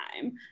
time